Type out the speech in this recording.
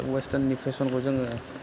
वेसटार्ननि फेसनखौ जोङो